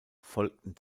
folgten